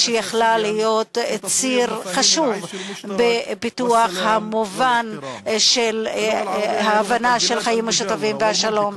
שיכולה להיות ציר חשוב בפיתוח ההבנה של חיים משותפים ושלום.